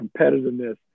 competitiveness